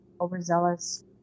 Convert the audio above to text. overzealous